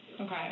Okay